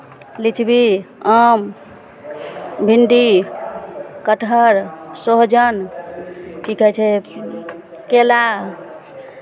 लीची आम भिंडी कटहर सोहजन की कहै छै केरा